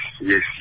yes